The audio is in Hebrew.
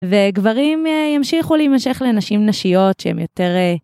וגברים ימשיכו להימשך לנשים נשיות שהם יותר...